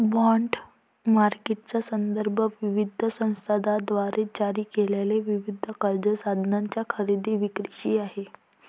bond मार्केटचा संदर्भ विविध संस्थांद्वारे जारी केलेल्या विविध कर्ज साधनांच्या खरेदी विक्रीशी आहे